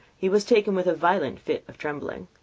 he was taken with a violent fit of trembling.